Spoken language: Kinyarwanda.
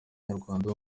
nyarwanda